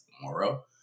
Moro